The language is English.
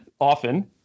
often